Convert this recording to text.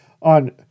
on